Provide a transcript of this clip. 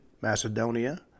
Macedonia